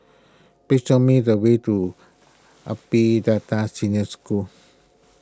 please show me the way to Delta Senior School